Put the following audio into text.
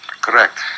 Correct